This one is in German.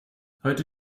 heute